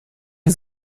die